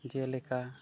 ᱡᱮ ᱞᱮᱠᱟ